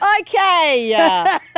Okay